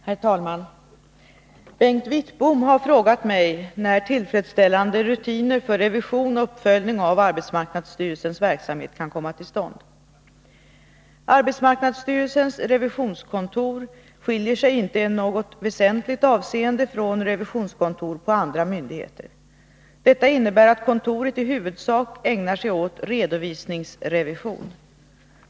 Herr talman! Bengt Wittbom har frågat mig när tillfredsställande rutiner för revision och uppföljning av arbetsmarknadsstyrelsens verksamhet kan komma till stånd. Arbetsmarknadsstyrelsens revisionskontor skiljer sig inte i något väsentligt avseende från revisionskontor på andra myndigheter. Detta innebär att kontoret i huvudsak ägnar sig åt redovisningsrevision.